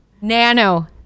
nano